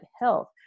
health